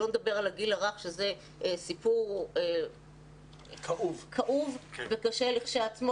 שלא נדבר על גיל הרך שזה סיפור כאוב וקשה לכשעצמו